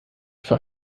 für